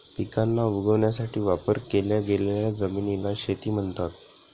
पिकांना उगवण्यासाठी वापर केल्या गेलेल्या जमिनीला शेती म्हणतात